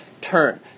Turn